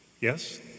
yes